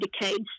decades